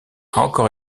encore